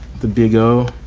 the big o.